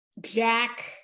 Jack